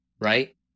Right